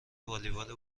والیبال